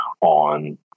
on